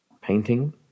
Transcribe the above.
painting